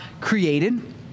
created